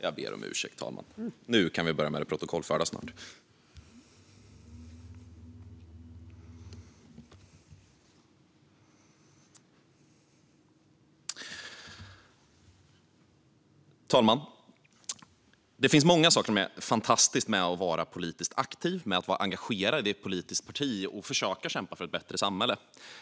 Fru talman! Det finns mycket som är fantastiskt med att vara politiskt aktiv, att vara engagerad i ett politiskt parti och kämpa för ett bättre samhälle.